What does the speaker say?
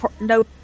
no